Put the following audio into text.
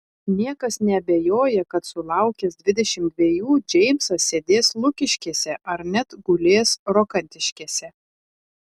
niekas neabejoja kad sulaukęs dvidešimt dvejų džeimsas sėdės lukiškėse ar net gulės rokantiškėse